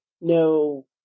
no